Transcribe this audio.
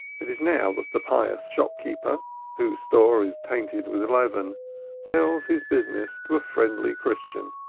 it is now that the pious shopkeeper whose store is tainted with leaven sells his business to a friendly christian,